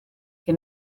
que